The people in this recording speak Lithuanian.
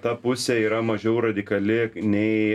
ta pusė yra mažiau radikali nei